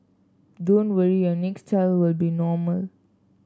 don't worry your next child will be normal